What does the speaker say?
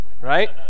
right